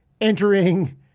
entering